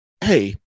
hey